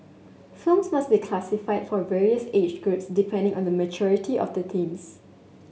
films must be classified for various age groups depending on the maturity of the themes